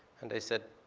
and they said,